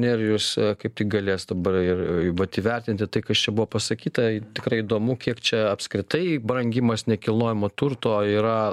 ir jūs kaip tik galėsit dabar ir vat įvertinti tai kas čia buvo pasakyta tikrai įdomu kiek čia apskritai brangimas nekilnojamo turto yra